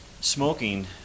Smoking